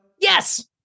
Yes